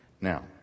Now